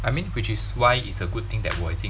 I mean which is why it's a good thing that 我已经